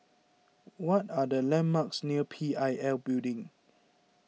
what are the landmarks near P I L Building